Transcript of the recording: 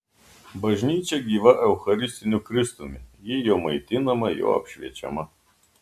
bažnyčia gyva eucharistiniu kristumi ji jo maitinama jo apšviečiama